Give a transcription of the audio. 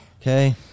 Okay